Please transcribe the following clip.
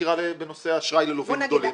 בנושא האשראי ללווים גדולים.